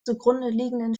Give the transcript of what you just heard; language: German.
zugrundeliegenden